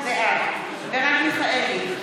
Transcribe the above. בעד מרב מיכאלי,